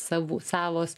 savų savos